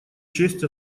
честь